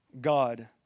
God